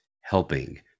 helping